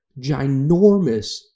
ginormous